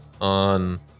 on